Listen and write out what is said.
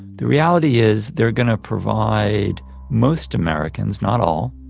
the reality is they're going to provide most americans, not all,